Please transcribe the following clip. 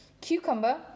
cucumber